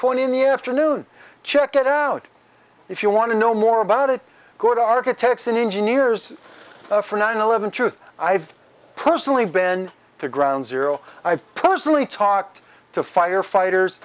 twenty in the afternoon check it out if you want to know more about it go to architects and engineers for nine eleven truth i've personally been to ground zero i've personally talked to firefighters